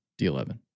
D11